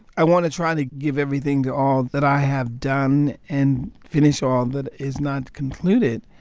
i want to try and to give everything to all that i have done and finish all that is not concluded.